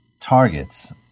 Targets